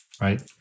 right